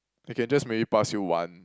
I can just maybe pass you one